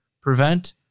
prevent